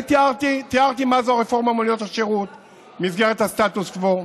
אני תיארתי מה זו רפורמת מוניות השירות במסגרת הסטטוס קוו,